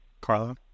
Carla